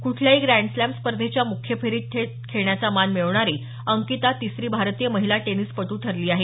क्ठल्याही ग्रँडस्लॅम स्पर्धेच्या मुख्य फेरीत थेट खेळण्याचा मान मिळवणारी अंकिता तिसरी भारतीय महिला टेनिसपटू ठरली आहे